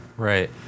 right